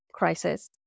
crisis